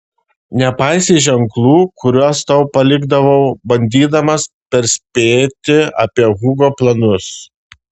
nepaisei ženklų kuriuos tau palikdavau bandydamas perspėti apie hugo planus